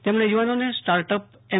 તેમણે યુ વાનોને સ્ટાર્ટઅપએમ